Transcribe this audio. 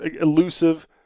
elusive